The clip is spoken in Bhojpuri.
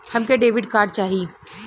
हमके डेबिट कार्ड चाही?